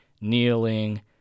kneeling